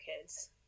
kids